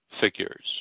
figures